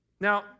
Now